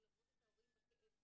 ללוות את ההורים בכאב.